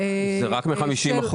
--- זה רק מ-50%.